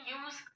use